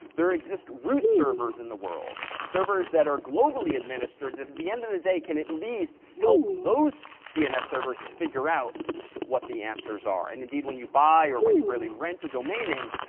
there exist root servers in the world. servers that are globally administered at the end of the day can at least help those dns servers figure out what the answers are. and indeed, when you buy or when you rarely rent a domain name,